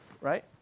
Right